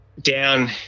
down